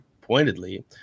pointedly